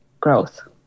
growth